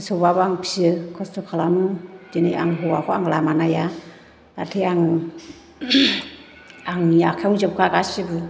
मोसौबाबो आं फियो खस्थ' खालामो दिनै आं हौवाखौ आं लामा नाया नाथाय आं आंनि आखायाव जोब्बा गासिबो